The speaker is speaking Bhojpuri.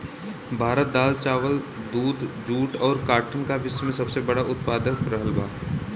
भारत दाल चावल दूध जूट और काटन का विश्व में सबसे बड़ा उतपादक रहल बा